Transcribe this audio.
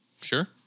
Sure